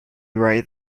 right